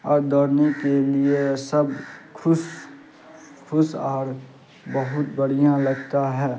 اور دوڑنے کے لیے سب خوش خوش اور بہت بڑھیاں لگتا ہے